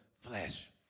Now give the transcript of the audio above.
flesh